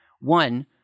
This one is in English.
one